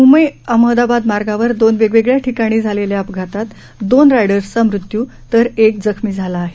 मंबई अहमदाबाद महामार्गावर दोन वेगवेगळ्या ठिकाणी झालेल्या अपघातात दोन रायडर्सचा मृत्यू तर एक जखमी झाला आहे